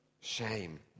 shame